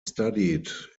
studied